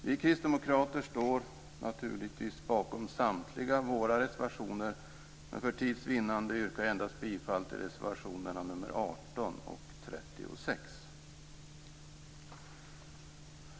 Vi kristdemokrater står naturligtvis bakom samtliga våra reservationer, men för tids vinnande yrkar jag endast bifall till reservationerna nr 18 och nr 36.